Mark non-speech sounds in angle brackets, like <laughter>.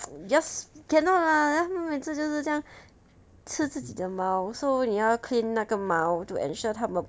<noise> just cannot lah 它们每次就是这样吃自己的毛 so 你要 clean 那个毛 to ensure 他们